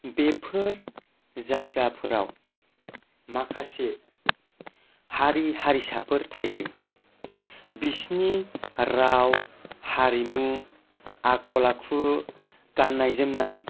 बेफोर जायगाफोराव माखासे हारि हारिसाफोर थायो बिसिनि राव हारिमु आखल आखु गाननाय जोमनाय